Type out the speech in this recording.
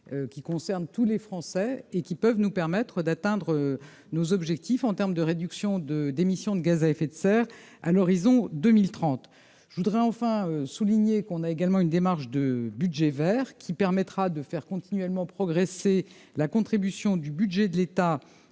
qui concerne tous les Français et qui peuvent nous permettre d'atteindre nos objectifs en termes de réduction de d'émissions de gaz à effet de serre à l'horizon 2030, je voudrais enfin souligner qu'on a également une démarche de budget Vert qui permettra de faire continuellement progressé la contribution du budget de l'État